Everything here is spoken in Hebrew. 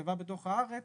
מהכתבה בעיתון 'הארץ',